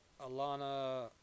Alana